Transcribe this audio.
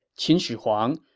qin shi huang,